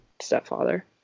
stepfather